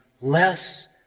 less